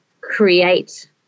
create